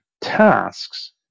tasks